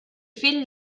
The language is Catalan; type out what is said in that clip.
fill